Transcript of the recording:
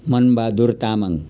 Manbahadur Tamang